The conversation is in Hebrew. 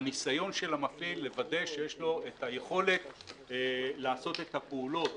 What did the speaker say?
הניסיון של המפעיל לוודא שיש לו את היכולת לעשות את הפעולות